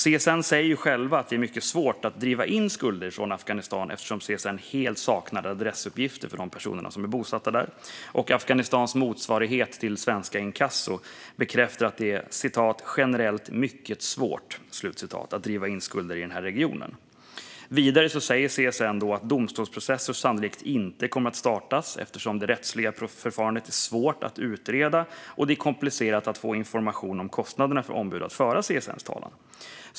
CSN säger självt att det är mycket svårt att driva in skulder från Afghanistan eftersom CSN helt saknar adressuppgifter för de personer som är bosatta där. Afghanistans motsvarighet till Svensk inkasso bekräftar att det är "generellt mycket svårt" att driva in skulder i den här regionen. Vidare säger CSN att domstolsprocesser sannolikt inte kommer att startas eftersom det rättsliga förfarandet är svårt att utreda, och det är komplicerat att få information om kostnaderna för ombud att föra CSN:s talan.